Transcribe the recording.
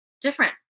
different